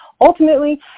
ultimately